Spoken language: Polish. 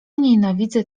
nienawidzę